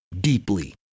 deeply